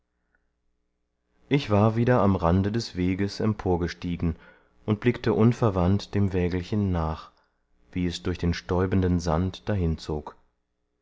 ich war wieder am rande des weges emporgestiegen und blickte unverwandt dem wägelchen nach wie es durch den stäubenden sand dahinzog